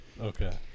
okay